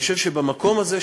אני חושב שבמקום הזה,